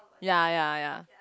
ya ya ya